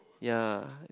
ya